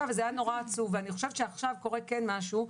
וזה היה נורא עצוב ואני חושבת שעכשיו קורה כן משהו,